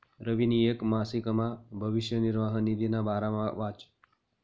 रवीनी येक मासिकमा भविष्य निर्वाह निधीना बारामा वाचं